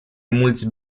mulți